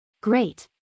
Great